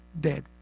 dead